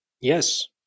Yes